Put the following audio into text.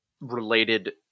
related